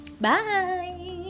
bye